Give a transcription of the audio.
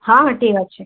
ହଁ ହଁ ଠିକ୍ ଅଛେଁ